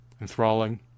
enthralling